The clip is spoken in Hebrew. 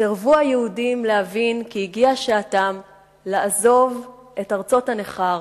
סירבו היהודים להבין כי הגיעה שעתם לעזוב את ארצות הנכר